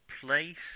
place